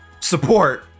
support